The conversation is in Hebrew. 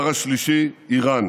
הדבר השלישי, איראן.